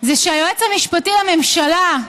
זה שהיועץ המשפטי לממשלה,